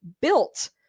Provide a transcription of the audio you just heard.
built